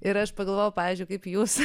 ir aš pagalvojau pavyzdžiui kaip jūs